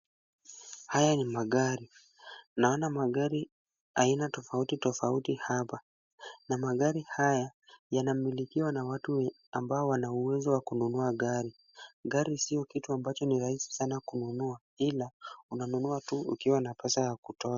Haya ni magari. Naona magari Aina tofauti tofauti hapa. Na magari haya yana milikiwa na watu ambao wana uwezo wa kununua gari. Gari sio kitu ambacho ni rahisi sana kununua, ila unanunua tu ukiwa na pesa ya kutosha.